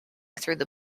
through